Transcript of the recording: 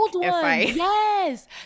Yes